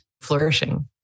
flourishing